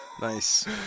Nice